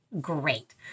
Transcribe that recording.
great